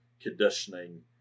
conditioning